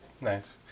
Nice